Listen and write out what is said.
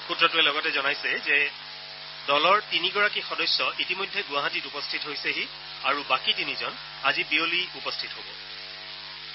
সূত্ৰটোৱে লগতে জনাইছে যে দলৰ তিনিগৰাকী সদস্য ইতিমধ্যে গুৱাহাটীত উপস্থিত হৈছে আৰু বাকী তিনিজন আজি বিয়লি উপস্থিত হবহি